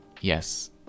yes